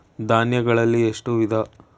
ಧಾನ್ಯಗಳಲ್ಲಿ ಎಷ್ಟು ವಿಧ?